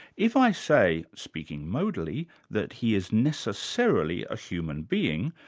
if i say, speaking modally, that he is necessarily a human being,